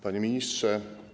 Panie Ministrze!